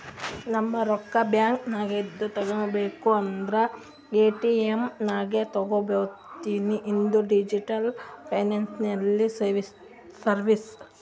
ನಾ ರೊಕ್ಕಾ ಬ್ಯಾಂಕ್ ನಾಗಿಂದ್ ತಗೋಬೇಕ ಅಂದುರ್ ಎ.ಟಿ.ಎಮ್ ನಾಗೆ ತಕ್ಕೋತಿನಿ ಇದು ಡಿಜಿಟಲ್ ಫೈನಾನ್ಸಿಯಲ್ ಸರ್ವೀಸ್